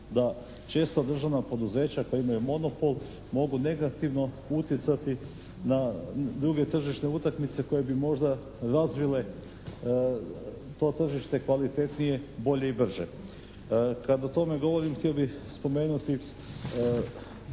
da često državna poduzeća koja imaju monopol mogu negativno utjecati na druge tržišne utakmice koje bi možda razvile to tržište kvalitetnije, bolje i brže. Kad o tome govorim htio bih spomenuti